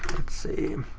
let's see.